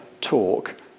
talk